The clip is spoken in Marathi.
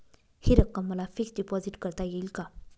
हि रक्कम मला फिक्स डिपॉझिट करता येईल का?